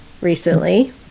recently